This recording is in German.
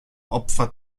opfer